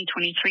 2023